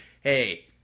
hey